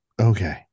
Okay